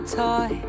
toy